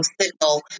signal